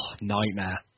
nightmare